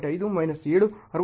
5 minus 7 62